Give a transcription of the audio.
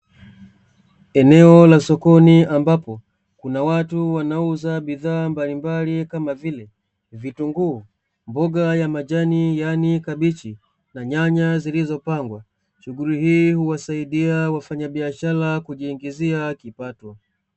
Eneo la sokoni ambapo kuna watu wanauza bidhaa mbalimbali kama vile vitunguu, mboga ya majani yaani kabichi, na nyanya zilizopangwa. Shughuli hii huwasaidia wafanyabiashara kujiingizia kipato.